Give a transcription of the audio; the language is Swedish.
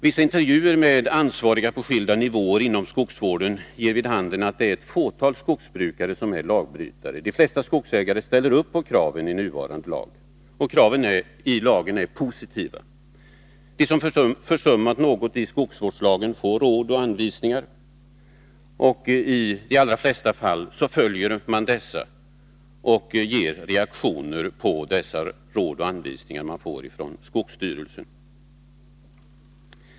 Vissa intervjuer med ansvariga på skilda nivåer inom skogsvården ger vid handen att det är ett fåtal skogsbrukare som är lagbrytare. De flesta skogsägare ställer upp på kraven i nuvarande lag. Kraven i lagen är positiva. De som försummat något i skogsvårdslagen får Råd och Anvisningar. I de allra flesta fall följer man dessa och ger reaktioner på de råd och anvisningar som man får från skogsstyrelsen.